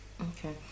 Okay